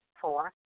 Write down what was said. Four